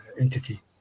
entity